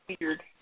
weird